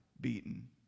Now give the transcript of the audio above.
beaten